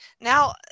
Now